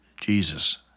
Jesus